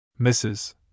Mrs